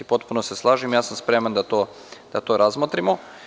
Potpuno se slažem, spreman sam da to razmotrimo.